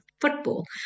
football